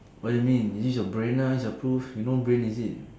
what do you mean use your brain lah need to prove you no brain is it